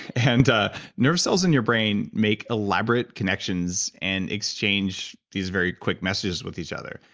and nerve cells in your brain make elaborate connections and exchange these very quick messages with each other,